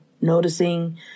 noticing